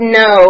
no